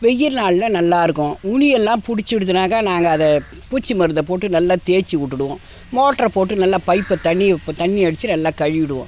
வெயில் நாளில் நல்லா இருக்கும் நுனியெல்லாம் பிடிச்சி விடுதுனாக்க நாங்கள் அதை பூச்சி மருந்தை போட்டு நல்லா தேச்சு விட்டுடுவோம் மோட்ரை போட்டு நல்லா பைப்பை தண்ணியை ப் தண்ணியை அடிச்சு நல்லா கழுவிடுவோம்